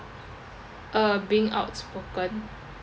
uh being outspoken